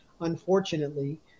unfortunately